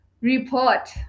report